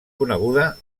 coneguda